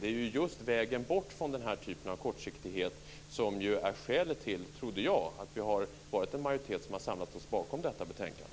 Det är just vägen bort från den här typen av kortsiktighet som jag trodde är skälet till att vi är en majoritet som samlat oss bakom detta betänkande.